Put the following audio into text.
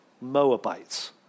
Moabites